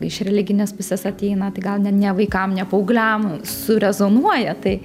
iš religinės pusės ateina tai gal ne ne vaikam ne paaugliam surezonuoja tai